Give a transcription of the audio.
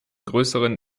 größeren